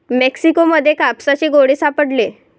Mexico मध्ये कापसाचे गोळे सापडले